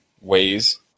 ways